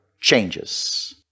changes